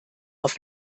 auf